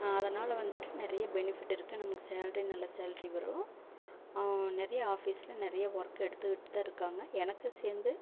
அதனால் வந்துட்டு நிறைய பெனிஃபிட் இருக்குது நம்மளுக்கு சேல்ரி நல்ல சேல்ரி வரும் நிறைய ஆஃபிஸ்ல நிறைய ஒர்க் எடுத்துக்கிட்டு தான் இருக்காங்கள் எனக்கு சேர்ந்து